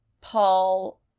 Paul